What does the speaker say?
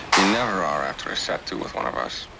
you never are after a set-to with one of us.